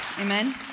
amen